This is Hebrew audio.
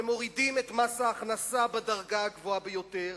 ומורידים את מס ההכנסה בדרגה הגבוהה ביותר.